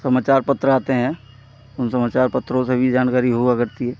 समाचार पत्र आते हैं उन समाचार पत्रों से भी जानकारी हुआ करती है